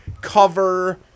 cover